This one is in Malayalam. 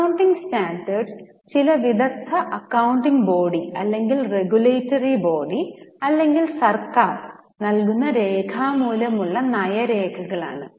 അക്കൌണ്ടിംഗ് സ്റ്റാൻഡേർഡ്സ് ചില വിദഗ്ദ്ധ അക്കൌണ്ടിംഗ് ബോഡി അല്ലെങ്കിൽ റെഗുലേറ്ററി ബോഡി അല്ലെങ്കിൽ സർക്കാർ നൽകുന്ന രേഖാമൂലമുള്ള നയ രേഖകളാണ്